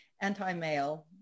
anti-male